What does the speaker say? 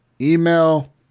email